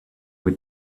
with